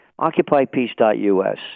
OccupyPeace.us